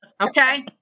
Okay